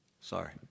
Sorry